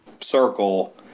circle